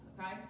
Okay